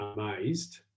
amazed